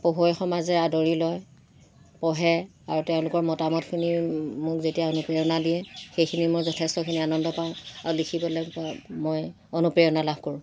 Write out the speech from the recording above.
পঢ়ুৱৈ সমাজে আদৰি লয় পঢ়ে আৰু তেওঁলোকৰ মতামতখিনি মোক যেতিয়া অনুপ্ৰেৰণা দিয়ে সেইখিনি মই যথেষ্টখিনি আনন্দ পাওঁ আৰু লিখিবলৈ মই অনুপ্ৰেৰণা লাভ কৰোঁ